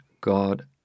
God